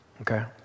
Okay